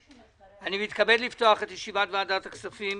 אני מתכבד לפתוח את ישיבת ועדת הכספים.